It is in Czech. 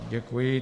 Děkuji.